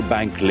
Bank